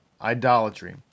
idolatry